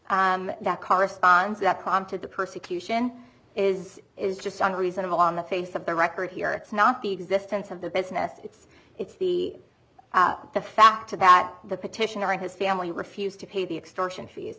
business that corresponds that prompted the persecution is is just one reason of on the face of the record here it's not the existence of the business it's it's the the fact that the petitioner in his family refused to pay the extortion fees